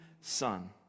son